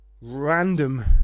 random